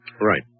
Right